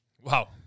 Wow